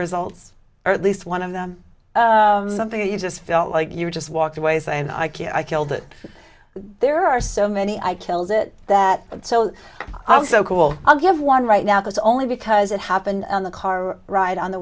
results or at least one of them something that you just felt like you just walked away saying i can't i killed it there are so many i killed it that so i was so cool i'll give one right now that's only because it happened on the car ride on the